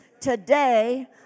Today